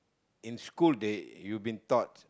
in school they you've been taught